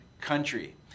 Country